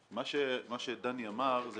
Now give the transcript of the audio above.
מה שדני אמר זה